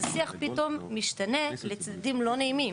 פתאום השיח משתנה לצדדים לא נעימים.